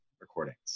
recordings